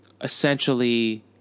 essentially